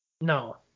No